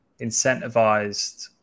incentivized